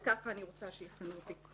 וככה אני רוצה שיכנו אותי.